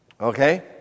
Okay